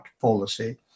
policy